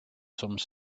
some